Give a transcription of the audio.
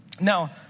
Now